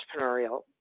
entrepreneurial